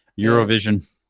Eurovision